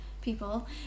people